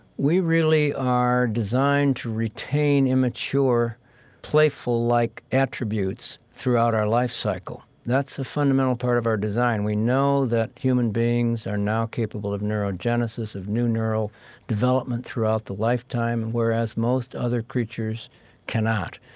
we really are designed to retain immature playful-like attributes throughout our life cycle. that's a fundamental part of our design. we know that human beings are now capable of neurogenesis, of new neural development throughout the lifetime, and whereas most other creatures cannot.